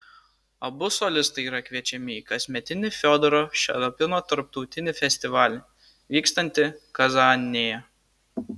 abu solistai yra kviečiami į kasmetinį fiodoro šaliapino tarptautinį festivalį vykstantį kazanėje